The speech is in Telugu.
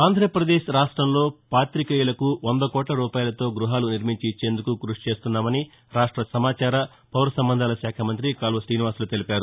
ఆంధ్రప్రదేశ్ రాష్టంలో పాతికేయులకు వంద కోట్ల రూపాయలతో గ్బహాలు నిర్మించి ఇచ్చేందుకు కృషి చేస్తున్నామని రాష్ట్ర సమాచార పౌర సంబంధాల శాఖ మంత్రి కాలువ శ్రీనివాసులు తెలిపారు